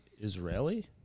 Israeli